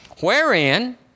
Wherein